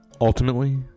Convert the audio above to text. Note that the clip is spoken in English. Ultimately